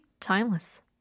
Timeless